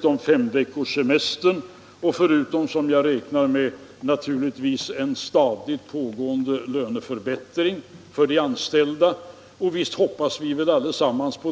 som fem veckors semester och dessutom, som också jag naturligtvis räknar med, en stadigt pågående löneförbättring för de anställda. Visst hoppas vi väl alla på detta.